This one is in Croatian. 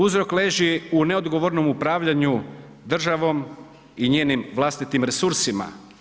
Uzrok leži u neodgovornom upravljanju državom i njenim vlastitim resursima.